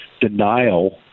denial